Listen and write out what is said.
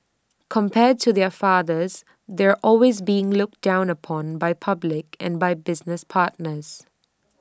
compared to their fathers they're always being looked down upon by public and by business partners